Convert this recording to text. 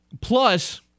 Plus